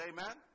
Amen